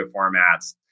formats